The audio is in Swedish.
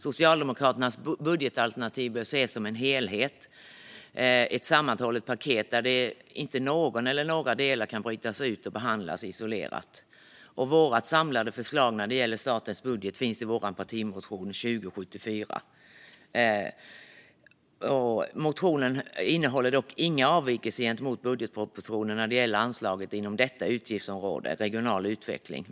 Socialdemokraternas budgetalternativ bör ses som en helhet, ett sammanhållet paket, där inte någon del kan brytas ut och behandlas isolerat. Vårt samlade förslag när det gäller statens budget finns i partimotion 2022/23:2074. Motionen innehåller inga avvikelser gentemot budgetpropositionen när det gäller anslagen inom utgiftsområde 19 Regional utveckling.